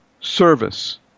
service